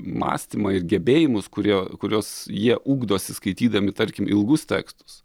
mąstymą ir gebėjimus kurie kuriuos jie ugdosi skaitydami tarkim ilgus tekstus